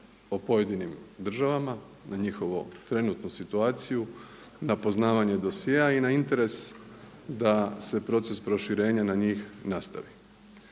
o pojedinim državama, na njihovu trenutnu situaciju, na poznavanje dosjea i na interes da se proces proširenja na njih nastavi.